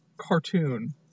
cartoon